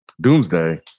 Doomsday